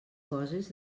coses